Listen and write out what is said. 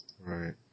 right